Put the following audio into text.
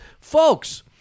Folks